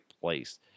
place